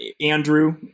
Andrew